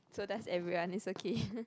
so does everyone it's okay